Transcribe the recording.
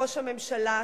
ראש הממשלה,